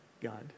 God